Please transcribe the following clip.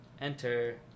Enter